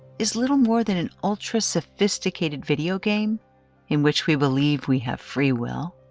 is little more than an ultra sophisticated video game in which we believe we have free will?